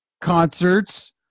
concerts